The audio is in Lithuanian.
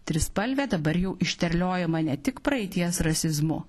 trispalvė dabar jau išterliojama ne tik praeities rasizmu